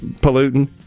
polluting